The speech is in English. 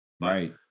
Right